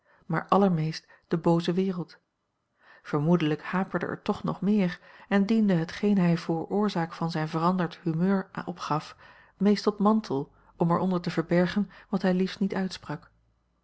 maar allermeest de booze wereld vermoedelijk haperde er toch nog meer en diende hetgeen hij voor oorzaak van zijn veranderd humeur opgaf meest tot mantel om er onder te verbergen wat hij liefst niet uitsprak